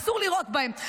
אסור לירות בהם.